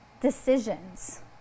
decisions